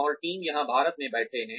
और टीम यहां भारत में बैठे हैं